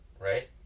right